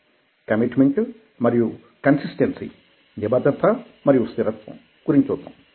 తర్వాత కమిట్మెంట్ మరియు కన్సిస్టెన్సీ నిబద్దత మరియు స్థిరత్వం గురించి చూద్దాం